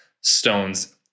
Stone's